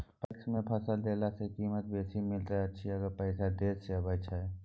PACS मे फसल देला सॅ कीमत त बेसी मिलैत अछि मगर पैसा देर से आबय छै